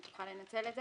והיא תוכל לנצל את זה,